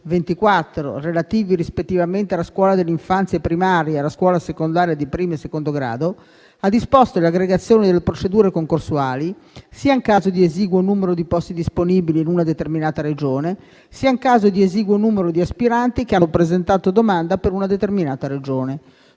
2024, relativi rispettivamente alla scuola dell'infanzia e primaria, alla scuola secondaria di primo e secondo grado, ha disposto le aggregazioni delle procedure concorsuali, sia in caso di esiguo numero di posti disponibili in una determinata Regione, sia in caso di esiguo numero di aspiranti che hanno presentato domanda per una determinata Regione.